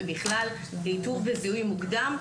ובכלל לאיתור וזיהוי מוקדם,